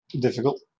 difficult